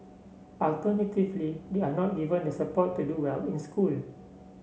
alternatively they are not given the support to do well in school